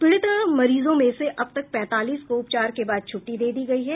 पीड़ित मरीजों में से अब तक पैंतालीस को उपचार के बाद छुट्टी दे दी गई है